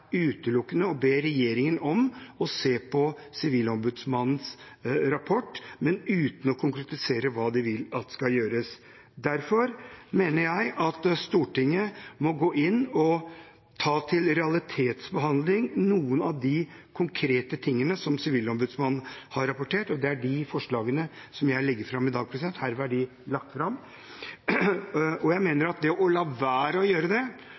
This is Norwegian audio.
utelukkende å be regjeringen om å se på Sivilombudsmannens rapport, uten å konkretisere hva de vil skal gjøres. Derfor mener jeg at Stortinget må gå inn og ta opp til realitetsbehandling noen av de konkrete tingene som Sivilombudsmannen har rapportert, og det er de forslagene som jeg legger fram i dag – herved er de lagt fram. Jeg mener at å la være å gjøre det,